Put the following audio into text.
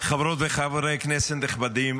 חברות וחברי כנסת נכבדים,